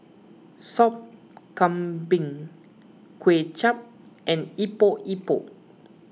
Sop Kambing Kuay Chap and Epok Epok